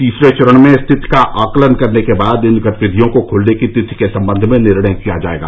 तीसरे चरण में स्थिति का आकलन करने के बाद इन गतिविधियों को खोलने की तिथि के संबंध में निर्णय किया जाएगा